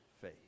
faith